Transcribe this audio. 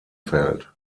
fällt